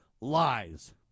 lies